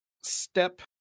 step